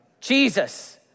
Jesus